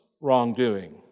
wrongdoing